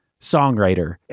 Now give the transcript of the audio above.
songwriter